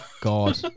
God